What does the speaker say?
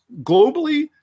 globally